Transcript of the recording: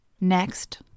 Next